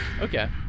Okay